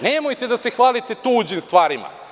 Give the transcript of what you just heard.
Nemojte da se hvalite tuđim stvarima.